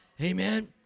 Amen